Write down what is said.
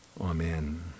Amen